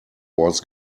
was